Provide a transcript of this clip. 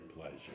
pleasure